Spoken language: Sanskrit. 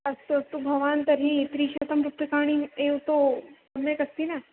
अस्तु अस्तु भवान् तर्हि त्रिशतं रुप्यकाणि एव तु सम्यक् अस्ति न